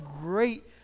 great